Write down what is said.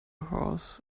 horse